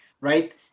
right